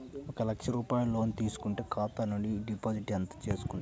ఒక లక్ష రూపాయలు లోన్ తీసుకుంటే ఖాతా నుండి డిపాజిట్ ఎంత చేసుకుంటారు?